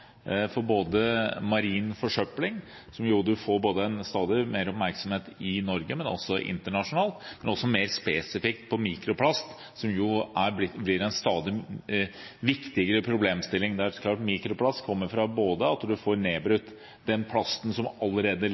både når det gjelder marin forsøpling, som får en stadig større oppmerksomhet, både i Norge og internasjonalt, og mer spesifikt når det gjelder mikroplast, som blir en stadig viktigere problemstilling. Mikroplast kommer fra den plasten som allerede ligger i havet og blir nedbrutt, men den